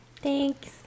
Thanks